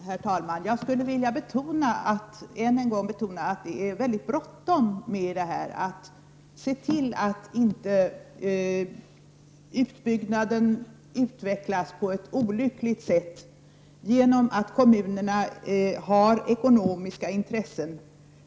Herr talman! Jag skulle än en gång vilja betona att det är mycket bråttom med att se till att inte utbyggnaden utvecklas på ett olyckligt sätt på grund av att kommunerna har ekonomiska intressen.